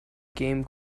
came